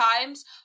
times